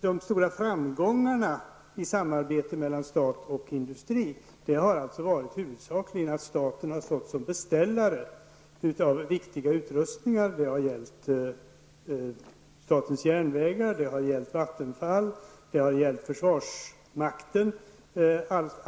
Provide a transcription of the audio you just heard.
De stora framgångarna i samarbetet mellan stat och industri har huvudsakligen utgjorts av att staten har stått som beställare av viktiga utrustningar -- det har gällt statens järnvägar, det har gällt Vattenfall, det har gällt försvarsmakten.